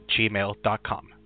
gmail.com